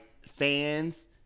fans